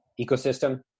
ecosystem